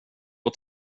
att